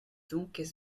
doncques